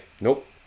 nope